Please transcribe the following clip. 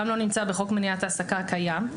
גם לא נמצא בחוק מניעת העסקה הקיים,